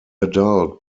adult